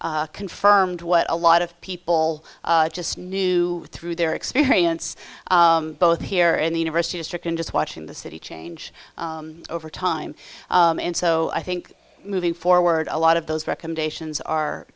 confirmed what a lot of people just knew through their experience both here in the university district and just watching the city change over time and so i think moving forward a lot of those recommendations are